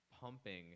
pumping